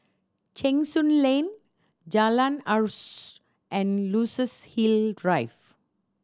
Cheng Soon Lane Jalan and Luxus Hill Drive